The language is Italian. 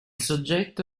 soggetto